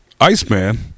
Iceman